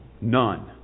None